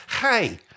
hey